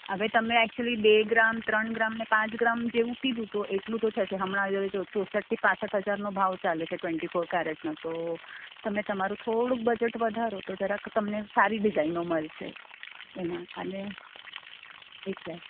હવે તમે એક્ચુઅલી બે ગ્રામ ત્રણ ગ્રામ ને પાંચ ગ્રામ જેવું કીધું તો એટલું તો થશે હમણાં ચોસઠથી પાંસઠ હજારનો ભાવ ચાલે છે ટવેન્ટી ફોર કેરેટનો તો તમે તમારું થોડુંક બજેટ વધારો તો જરાક તમને સારી ડીઝાઈનો મળશે એમાં અને એટલે